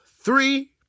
three